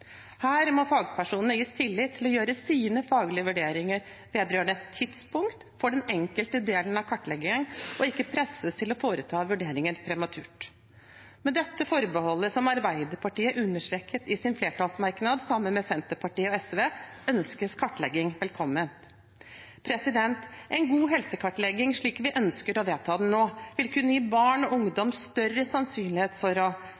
Her må fagpersonene gis tillit til å gjøre sine faglige vurderinger vedrørende tidspunkt for den enkelte delen av kartleggingen og ikke presses til å foreta vurderinger prematurt. Med dette forbeholdet, som Arbeiderpartiet understreket i sin flertallsmerknad sammen med Senterpartiet og SV, ønskes kartlegging velkommen. En god helsekartlegging, slik vi ønsker å vedta den nå, vil kunne gi barn og ungdom større sannsynlighet for